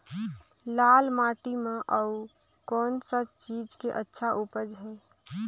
लाल माटी म अउ कौन का चीज के अच्छा उपज है?